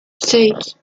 seis